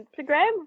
Instagram